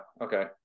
okay